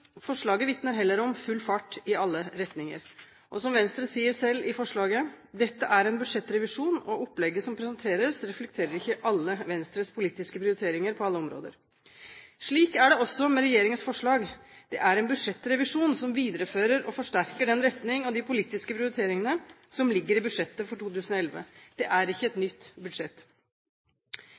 forslaget vitner heller om full fart i alle retninger. Venstre sier selv i innstillingen at dette er en budsjettrevisjon, og at opplegget som presenteres, ikke reflekterer alle Venstres politiske prioriteringer på alle områder. Slik er det også med regjeringens forslag. Det er en budsjettrevisjon som viderefører og forsterker den retning og de politiske prioriteringene som ligger i budsjettet for 2011. Det er ikke et nytt budsjett.